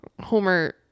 Homer